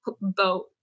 boat